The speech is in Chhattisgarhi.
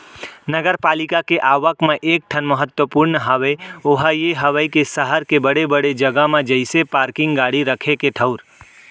नगरपालिका के आवक म एक ठन महत्वपूर्न हवय ओहा ये हवय के सहर के बड़े बड़े जगा म जइसे पारकिंग गाड़ी रखे के ठऊर